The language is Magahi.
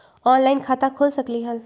ऑनलाइन खाता खोल सकलीह?